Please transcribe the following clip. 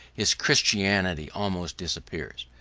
his christianity almost disappears.